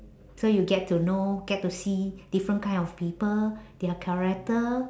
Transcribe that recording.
so you get to know get to see different kind of people their character